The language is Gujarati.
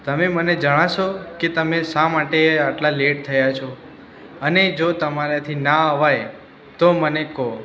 તમે મને જણાવશો કે તમે શા માટે આટલા લેટ થયા છો અને જો તમારાથી ના અવાય તો મને કહો